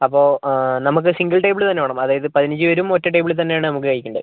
അപ്പം നമുക്ക് single table തന്നെ വേണം അതായത് പതിനഞ്ച് പേരും ഒറ്റ ടേബിളിൽ തന്നെയാണ് നമുക്ക് കഴിക്കേണ്ടത്